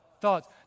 Thoughts